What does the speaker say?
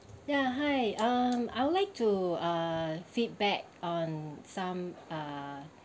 ya hi um I would like to uh feedback on some ah